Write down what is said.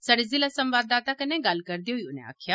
साढ़े ज़िला संवाददाता कन्नै गल्ल करदे होई उनें आक्खेआ